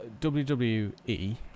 WWE